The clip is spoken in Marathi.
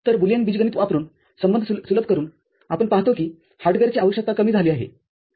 तर बुलियन बीजगणित वापरुन संबंध सुलभ करूनआपण पाहतो की हार्डवेअरची आवश्यकता कमी झाली आहे